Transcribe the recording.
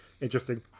interesting